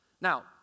Now